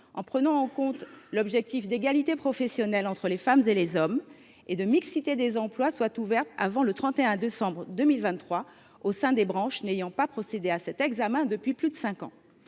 en prenant en compte l’objectif d’égalité professionnelle entre les femmes et les hommes et de mixité des emplois, est ouverte avant le 31 décembre 2023 au sein des branches n’ayant pas procédé à cet examen depuis plus de cinq ans